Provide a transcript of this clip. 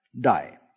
Die